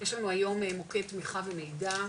יש לנו היום מוקד תמיכה ומידע,